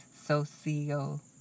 Socio